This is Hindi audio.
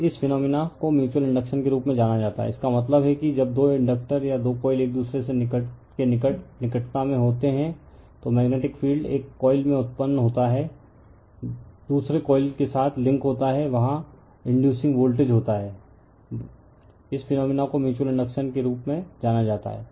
और इस फीनोंमिना को म्यूच्यूअल इंडक्शन के रूप में जाना जाता है इसका मतलब है कि जब दो इंडक्टर या दो कॉइल एक दूसरे के निकट निकटता में होते हैं तो मेग्नेटिक फील्ड एक कॉइल में उत्पन्न होता है दूसरे कॉइल के साथ लिंक होता है वहां इंडयुसिंग वोल्टेज होता है इस फीनोंमिना को म्यूच्यूअल इंडक्शन के रूप में जाना जाता है